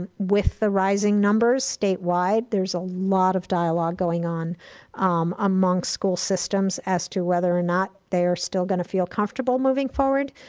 with the rising numbers state-wide, there's a lot of dialogue going on among school systems as to whether or not they are still gonna feel comfortable moving forward,